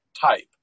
type